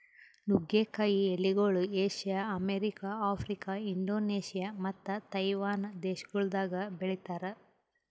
ನುಗ್ಗೆ ಕಾಯಿ ಎಲಿಗೊಳ್ ಏಷ್ಯಾ, ಅಮೆರಿಕ, ಆಫ್ರಿಕಾ, ಇಂಡೋನೇಷ್ಯಾ ಮತ್ತ ತೈವಾನ್ ದೇಶಗೊಳ್ದಾಗ್ ಬೆಳಿತಾರ್